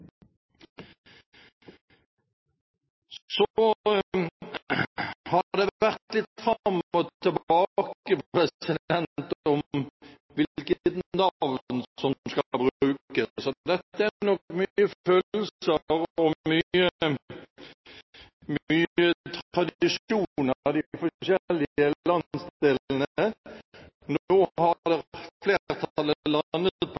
Så har det vært litt fram og tilbake om hvilket navn som skal brukes. Her er det nok mye følelser og ulike tradisjoner i de forskjellige landsdelene. Nå har flertallet landet på